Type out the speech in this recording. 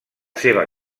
seva